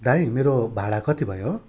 दाइ मेरो भाडा कति भयो